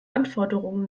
anforderungen